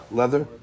leather